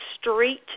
street